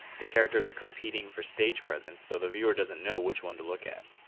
the characters are competing for stage presence, so the viewer doesn't know which one to look at.